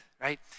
right